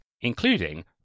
including